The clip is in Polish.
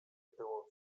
było